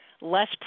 less